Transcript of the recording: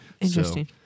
Interesting